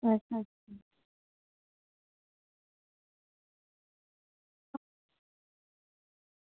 अच्छा अच्छा